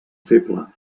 feble